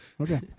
Okay